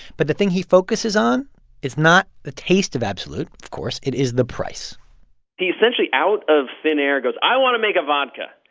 but the thing he focuses on is not the taste of absolut, of course. it is the price he essentially, out of thin air, goes, i want to make a vodka.